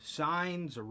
signs